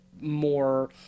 more